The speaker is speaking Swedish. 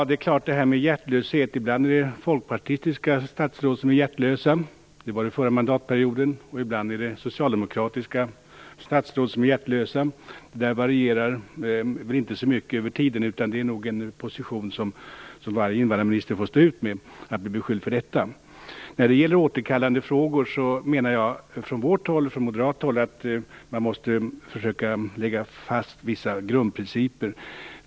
Fru talman! Ibland är det folkpartistiska statsråd som är hjärtlösa. Det var det förra mandatperioden. Ibland är det socialdemokratiska statsråd som är hjärtlösa. Det här varierar nog inte så mycket över tiden. Det är något som varje invandrarminister får stå ut med att bli beskylld för. När det gäller frågan om återkallande anser vi från moderaterna att man måste försöka att slå fast vissa grundprinciper.